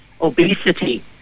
obesity